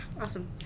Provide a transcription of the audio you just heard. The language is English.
Awesome